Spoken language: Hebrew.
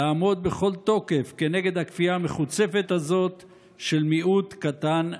לעמוד בכל תוקף נגד הכפייה המחוצפת הזאת של מיעוט קטן ואלים.